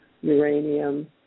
uranium